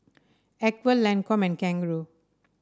Acwell Lancome and Kangaroo